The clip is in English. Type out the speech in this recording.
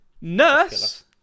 nurse